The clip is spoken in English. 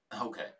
Okay